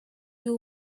you